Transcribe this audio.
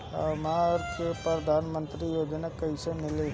हमरा के प्रधानमंत्री योजना कईसे मिली?